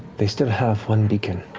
they still have one beacon.